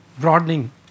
broadening